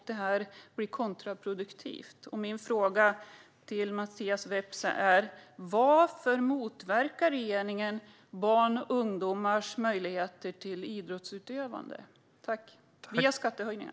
Det blir kontraproduktivt, och min fråga till Mattias Vepsä är: Varför motverkar regeringen barns och ungdomars möjligheter till idrottsutövande via skattehöjningar?